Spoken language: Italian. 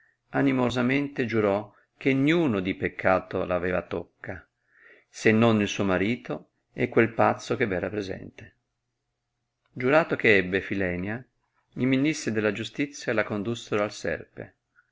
animosamente giurò che niuno di peccato aveva tocca se non il suo marito e quel pazzo che v era presente giurato che ebbe filenia i ministri della giustizia la condussero al serpe